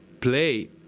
play